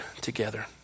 together